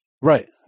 Right